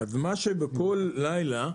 מה שבכל לילה,